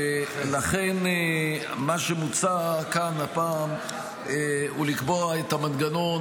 ולכן מה שמוצע כאן הפעם הוא לקבוע את המנגנון